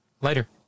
Later